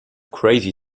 crazy